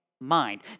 mind